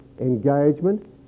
engagement